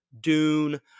dune